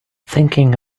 thinking